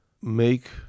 make